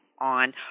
on